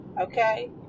okay